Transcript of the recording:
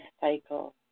cycle